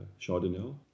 Chardonnay